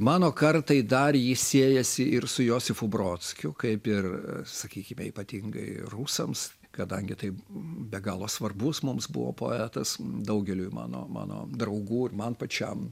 mano kartai dar ji siejasi ir su josifu brodskiu kaip ir sakykime ypatingai rusams kadangi tai be galo svarbus mums buvo poetas daugeliui mano mano draugų ir man pačiam